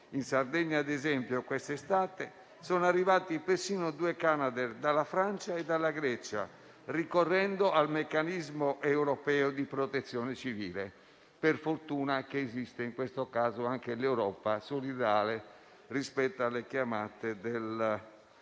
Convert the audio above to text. in Sardegna, ad esempio, quest'estate sono arrivati persino due Canadair dalla Francia e dalla Grecia, ricorrendo al meccanismo europeo di protezione civile: per fortuna che esiste, in questo caso, anche l'Europa solidale rispetto alle chiamate della